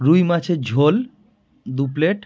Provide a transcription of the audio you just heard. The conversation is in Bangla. রুই মাছের ঝোল দু প্লেট